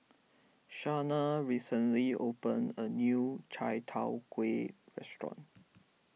Shana recently opened a new Chai Tow Kuay restaurant